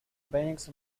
banks